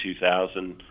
2000